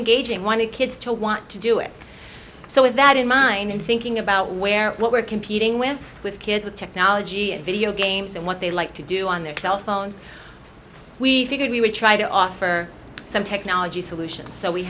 in gauging wanted kids to want to do it so with that in mind and thinking about where what we're competing with with kids with technology and video games and what they like to do on their cell phones we figured we would try to offer some technology solutions so we